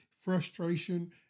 frustration